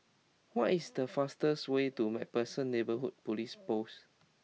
what is the fastest way to MacPherson Neighbourhood Police Post